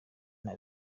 nta